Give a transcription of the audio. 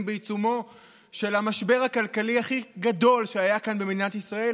בעיצומו של המשבר הכלכלי הכי גדול שהיה כאן במדינת ישראל,